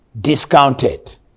discounted